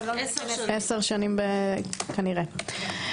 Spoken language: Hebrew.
עשר שנים, כנראה.